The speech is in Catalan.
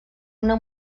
una